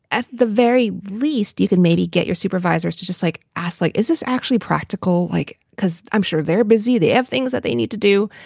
at the very least, you can maybe get your supervisors to just like ask like, is this actually practical? like. because i'm sure they're busy. they have things that they need to do.